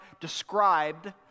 described